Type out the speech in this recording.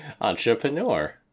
Entrepreneur